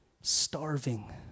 starving